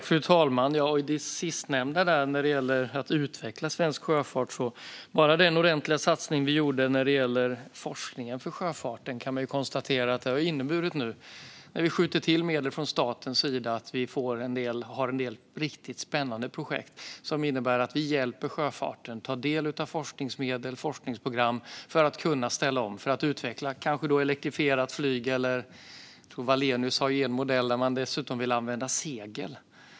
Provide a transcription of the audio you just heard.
Fru talman! När det gäller det sistnämnda, att utveckla svensk sjöfart, gjorde vi en ordentlig satsning på forskning om sjöfarten. Man kan konstatera att den nu, när vi har skjutit till medel från statens sida, har inneburit att vi har en del riktigt spännande projekt där vi hjälper sjöfarten att ta del av forskningsmedel och forskningsprogram för att kunna ställa om och kanske utveckla elektrifierat flyg. Jag tror att Wallenius har elmodeller där man dessutom vill använda segel.